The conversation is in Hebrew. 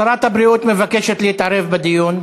שרת הבריאות מבקשת להתערב בדיון.